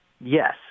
Yes